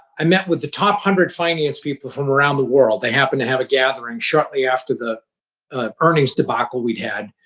i met with the top one hundred finance people from around the world. they happened to have a gathering shortly after the earnings debacle we'd had.